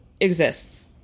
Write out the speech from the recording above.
exists